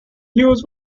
huge